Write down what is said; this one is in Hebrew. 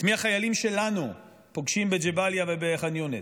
את מי החיילים שלנו פוגשים בג'באליה ובח'אן יונס?